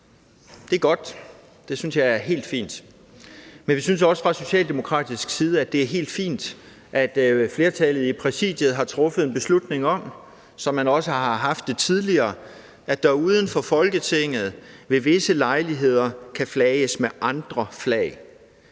Det er godt. Det synes jeg er helt fint. Men vi synes også fra socialdemokratisk side, at det er helt fint, at flertallet i Præsidiet har truffet en beslutning om, som man også har haft det tidligere, at der uden for Folketinget ved visse lejligheder kan flages med andre flag.